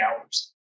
hours